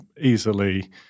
easily